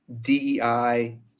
DEI